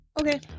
Okay